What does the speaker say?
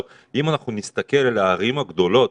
אם אנחנו נסתכל על הערים הגדולות,